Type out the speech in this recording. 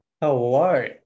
Hello